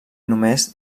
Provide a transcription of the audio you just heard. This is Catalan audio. només